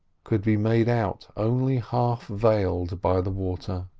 could be made out only half veiled by the water.